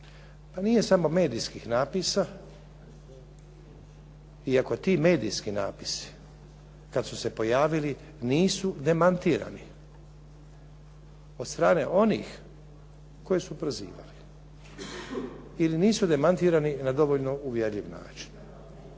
Pa nije samo medijskih napisa, iako ti medijski napisi kad su se pojavili nisu demantirani od strane onih koje su prozivali ili nisu demantirani na dovoljno uvjerljiv način.